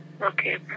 Okay